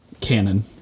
canon